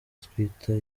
twita